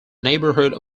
neighborhood